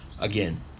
again